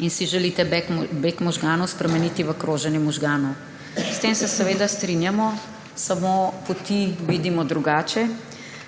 da si želite beg možganov spremeniti v kroženje možganov. S tem se seveda strinjamo, samo poti vidimo drugače.